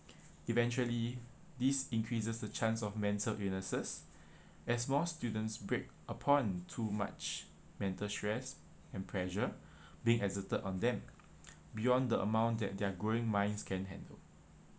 eventually this increases the chance of mental illnesses as more students break upon too much mental stress and pressure being exerted on them beyond the amount that their growing minds can handle